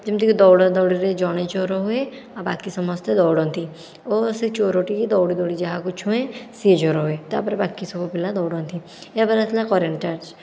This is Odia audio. ଯେମିତିକି ଦୌଡ଼ାଦୌଡ଼ିରେ ଜଣେ ଚୋର ହୁଏ ଆଉ ବାକି ସମସ୍ତେ ଦୌଡ଼ନ୍ତି ଓ ସେ ଚୋରଟି ଦୌଡ଼ି ଦୌଡ଼ି ଯାହାକୁ ଛୁଏଁ ସେ ଚୋର ହୁଏ ତା'ପରେ ବାକି ସବୁ ପିଲା ଦୌଡ଼ନ୍ତି ଏହା ପରେ ଆସିଲା କରେଣ୍ଟ ଚାର୍ଜ